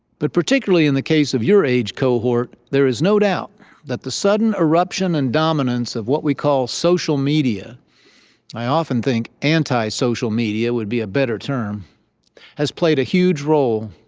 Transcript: but particularly in the case of your age cohort, there is no doubt that the sudden eruption and dominance of what we call social media i often think anti-social media would be a better term has played a huge role.